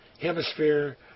hemisphere